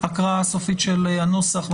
להקראה סופית של הנוסח.